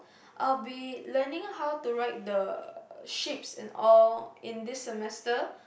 I'll be learning how to ride the ships and all in this semester